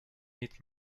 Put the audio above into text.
meet